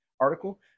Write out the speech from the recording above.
article